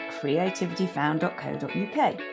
creativityfound.co.uk